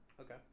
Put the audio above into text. Okay